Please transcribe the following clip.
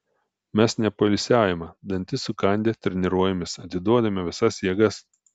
mes nepoilsiaujame dantis sukandę treniruojamės atiduodame visas jėgas